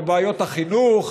בבעיות החינוך,